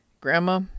grandma